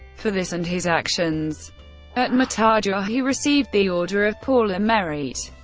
for this and his actions at matajur, he received the order of pour le merite.